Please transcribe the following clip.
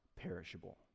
perishable